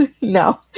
No